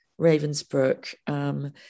Ravensbrook